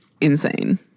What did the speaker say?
insane